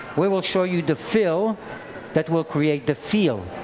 we will show you the fill that will create the feel.